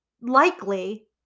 likely